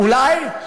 אולי?